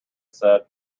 said